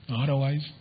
Otherwise